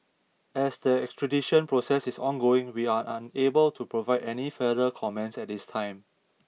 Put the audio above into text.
as the extradition process is ongoing we are unable to provide any further comments at this time